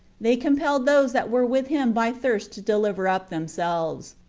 they compelled those that were with him by thirst to deliver up themselves.